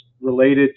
related